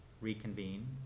Reconvene